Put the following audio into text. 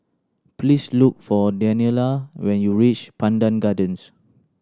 please look for Daniella when you reach Pandan Gardens